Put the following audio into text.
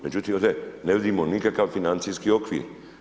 Međutim ovdje ne vidimo nikakav financijski okvir.